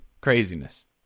craziness